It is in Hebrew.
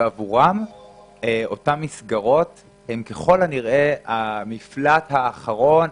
ועבורם אותן מסגרות הן ככל הנראה המפלט האחרון,